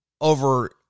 over